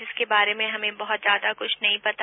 जिसके बारे में हमें बहुत ज्यादा कुछ नहीं पता